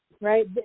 right